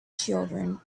children